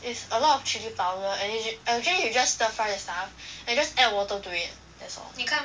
is a lot chilli powder and you should actually you just stir fry the stuff and just add water to it that's all